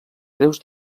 preus